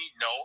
No